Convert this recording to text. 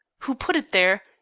who put it there,